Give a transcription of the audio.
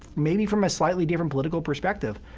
maybe from a slightly different political perspective,